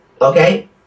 okay